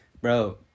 Bro